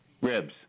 Ribs